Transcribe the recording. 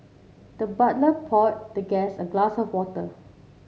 the butler poured the guest a glass of water